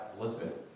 Elizabeth